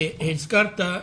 הזכרת,